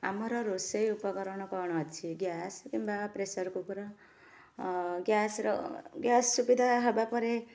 ଆମର ରୋଷେଇ ଉପକରଣ କ'ଣ ଅଛି ଗ୍ୟାସ କିମ୍ବା ପ୍ରେସରକୁକର ଗ୍ୟାସର ଗ୍ୟାସ ସୁବିଧା ହବା ପରେ